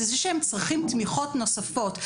זה בגלל שהם צריכים תמיכות נוספות.